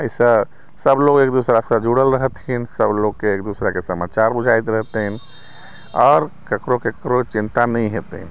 एहिसँ सभ लोक एक दूसरासँ जुड़ल रहथिन सभ लोकके एक दूसराके समाचार बुझाइत रहतनि आओर ककरो ककरो चिन्ता नहि हेतनि